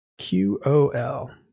qol